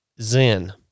Zen